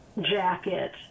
jacket